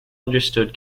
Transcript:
understood